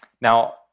Now